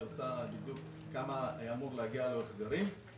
היא עושה דקדוק כמה היה אמור להגיע לו החזרים,